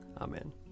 Amen